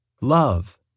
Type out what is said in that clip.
Love